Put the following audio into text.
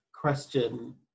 question